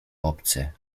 obcy